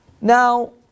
Now